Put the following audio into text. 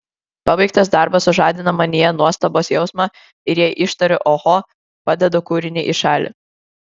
pabaigtas darbas sužadina manyje nuostabos jausmą ir jei ištariu oho padedu kūrinį į šalį